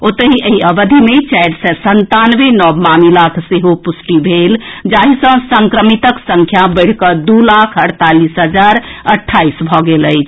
ओतहि एहि अवधि मे चारि सय संतानवे नव मामिलाक सेहो पुष्टि भेल जाहि सँ संक्रमितक संख्या बढ़िकऽ दू लाख अड़तालीस हजार अट्ठाईस भऽ गेल अछि